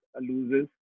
loses